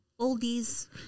oldies